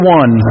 one